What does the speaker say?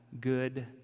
good